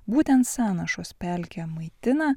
būtent sąnašos pelkę maitina